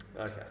Okay